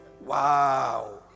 Wow